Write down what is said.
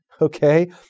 okay